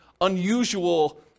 unusual